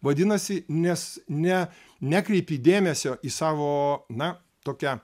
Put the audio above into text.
vadinasi nes ne nekreipi dėmesio į savo na tokią